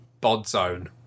Bodzone